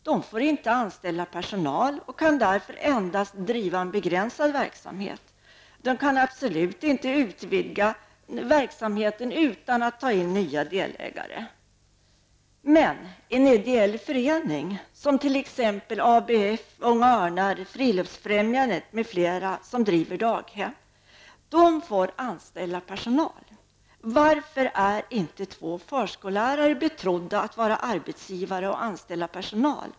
De får inte anställa personal och kan därför endast driva en begränsad verksamhet. De kan absolut inte utvidga verksamheten utan att ta in nya delägare. En ideell förening -- som t.ex. ABF, Unga örnar och Friluftsfrämjandet -- som driver daghem, får anställa personal. Varför är inte två förskolelärare betrodda att vara arbetsgivare och anställa personal?